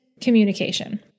communication